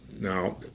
now